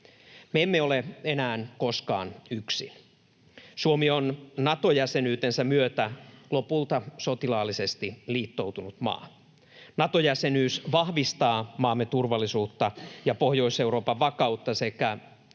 Me emme ole enää koskaan yksin. Suomi on Nato-jäsenyytensä myötä lopulta sotilaallisesti liittoutunut maa. Nato-jäsenyys vahvistaa maamme turvallisuutta ja Pohjois-Euroopan vakautta sekä